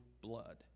blood